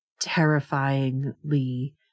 terrifyingly